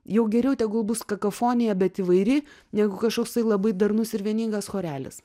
jau geriau tegul bus kakofonija bet įvairi negu kašoksai labai darnus ir vieningas chorelis